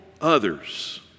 others